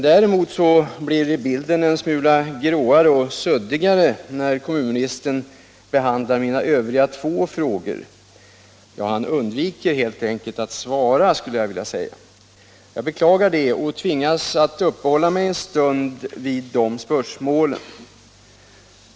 Däremot blir bilden en smula grå och suddig när kommunministern behandlar mina övriga två frågor. Han undviker helt enkelt att svara. Jag beklagar detta och tvingas att uppehålla mig en stund vid dessa spörsmål.